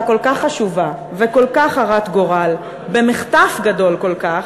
כל כך חשובה וכל כך הרת גורל במחטף גדול כל כך,